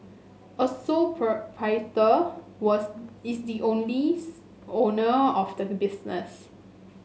a sole proprietor was is the only owner of the business